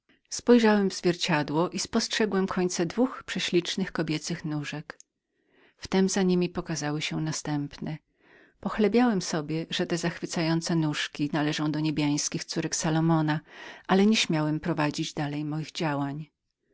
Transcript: spojrzałem w zwierciadło i postrzegłem końce dwóch prześlicznych kobiecych nóżek wnet za temi pokazały się i drugie pochlebiałem sobie że te zachwycające nóżki należały zapewne do niebieskich córek salomona ale nie śmiałem prowadzić dalej moich